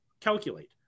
calculate